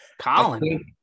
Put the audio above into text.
Colin